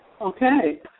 Okay